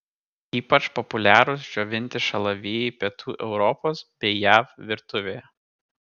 ypač populiarūs džiovinti šalavijai pietų europos bei jav virtuvėje